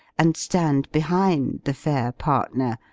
and stand behind the fair partner,